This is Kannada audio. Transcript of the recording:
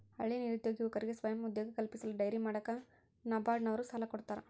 ಹಳ್ಳಿ ನಿರುದ್ಯೋಗಿ ಯುವಕರಿಗೆ ಸ್ವಯಂ ಉದ್ಯೋಗ ಕಲ್ಪಿಸಲು ಡೈರಿ ಮಾಡಾಕ ನಬಾರ್ಡ ನವರು ಸಾಲ ಕೊಡ್ತಾರ